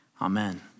amen